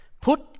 Put